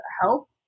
help